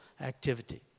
activity